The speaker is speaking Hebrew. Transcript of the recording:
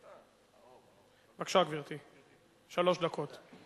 בבקשה, גברתי, שלוש דקות.